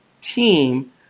team